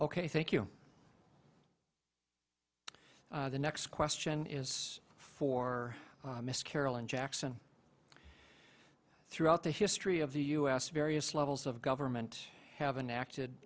ok thank you the next question is for miss carolyn jackson throughout the history of the u s various levels of government haven't acted